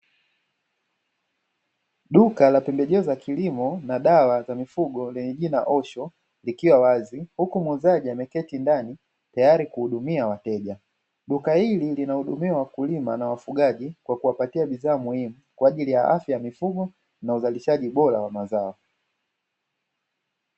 Duka la pembejeo za kilimo na dawa za mifugo lenye jina "Osho", likiwa wazi huku muuzaji ameketi ndani tayari kuhudumia wateja. Duka ili linawahudumia wakulima na wafugaji kwa kuwapatia bidhaa muhimu kwaajili ya afya ya mifugo na uzalishaji wa mazao.